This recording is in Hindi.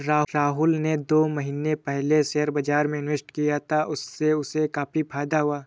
राहुल ने दो महीने पहले शेयर बाजार में इन्वेस्ट किया था, उससे उसे काफी फायदा हुआ है